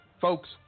Folks